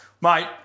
Mate